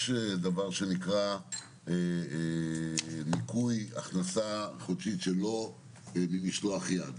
יש דבר שנקרא ניכוי הכנסה חודשית שלו ממשלח יד.